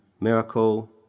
Miracle